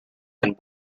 and